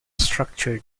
structure